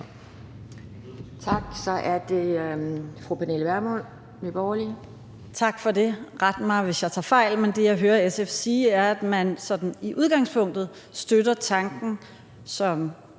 Kl. 12:07 Pernille Vermund (NB): Tak for det. Ret mig, hvis jeg tager fejl, men det, jeg hører SF sige, er, at man sådan i udgangspunktet støtter tanken, som